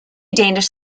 danish